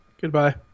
Goodbye